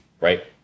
right